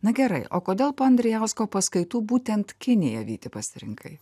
na gerai o kodėl po andrijausko paskaitų būtent kiniją vyti pasirinkai